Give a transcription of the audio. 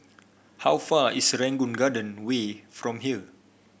how far is Serangoon Garden Way from here